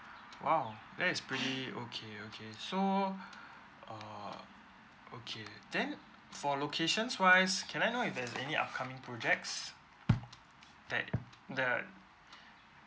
!wow! that is pretty okay okay so err okay then for locations wise can I know if there's any upcoming projects that that